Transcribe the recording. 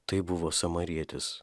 tai buvo samarietis